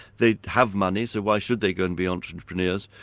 they have money, so why should they go be entrepreneurs?